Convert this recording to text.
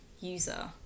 user